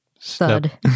thud